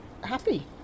happy